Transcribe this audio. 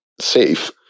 safe